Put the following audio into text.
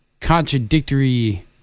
contradictory